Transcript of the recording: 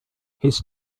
his